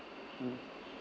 mm